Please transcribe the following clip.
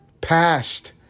past